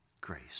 grace